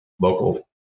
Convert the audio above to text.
local